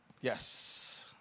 Yes